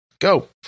go